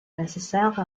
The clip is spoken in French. nécessaire